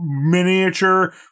miniature